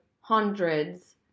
hundreds